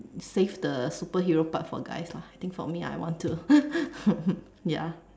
save the superhero part for guys lah think for me I want to ya